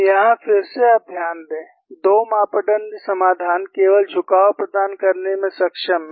यहां फिर से आप ध्यान दें 2 मापदण्ड समाधान केवल झुकाव प्रदान करने में सक्षम है